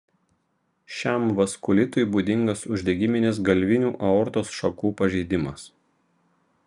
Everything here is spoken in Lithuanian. šiam vaskulitui būdingas uždegiminis galvinių aortos šakų pažeidimas